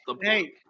Hey